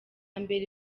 mbere